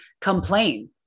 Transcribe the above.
complain